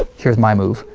ah here's my move.